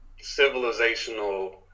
civilizational